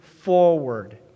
forward